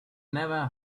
never